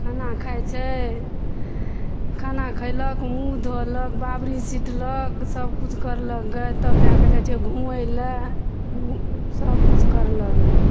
खाना खाइत छै खाना खयलक मुँह धोलक बाबरी सीटलक सभ कुछ करलक तब जाकऽ जाइ छै घुमयलऽ सभ किछु करलक